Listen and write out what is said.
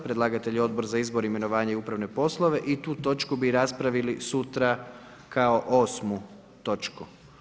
Predlagatelj je Odbor za izbor, imenovanje i upravne poslove i tu točku bi raspravili sutra kao osmu točku.